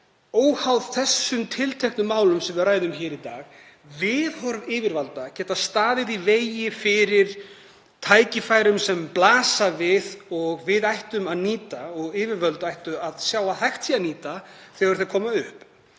óháð þessum tilteknu málum sem við ræðum hér í dag, hvernig viðhorf yfirvalda geta staðið í vegi fyrir tækifærum sem blasa við og við ættum að nýta og yfirvöld ættu að sjá að hægt sé að nýta þegar þau koma upp.